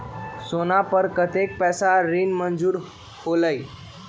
सोना पर कतेक पैसा ऋण मंजूर होलहु?